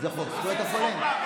זה חוק זכויות החולה.